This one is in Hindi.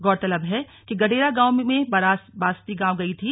गौरतलब है कि गडेरा गांव से बारात बास्ती गांव गई थी